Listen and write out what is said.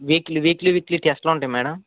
weekly weekly weekly టెస్ట్లు ఉంటాయా madam